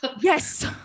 Yes